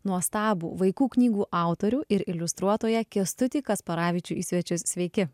nuostabų vaikų knygų autorių ir iliustruotoją kęstutį kasparavičių į svečius sveiki